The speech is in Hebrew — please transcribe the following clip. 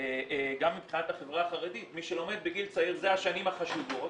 גם מבחינת החברה החרדית מי שלומד בגיל צעיר אלה השנים החשובות,